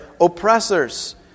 oppressors